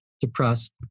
depressed